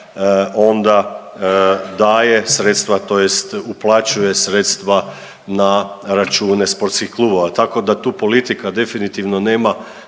onda daje sredstva tj. uplaćuje sredstva na račune sportskih klubova. Tako da tu politika definitivno nema